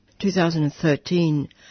2013